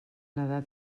nadar